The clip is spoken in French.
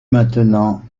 maintenant